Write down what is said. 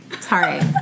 Sorry